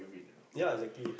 yeah exactly